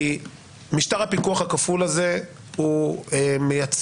כי משטר הפיקוח הכפול הזה הוא מייצר,